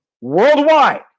worldwide